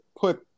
put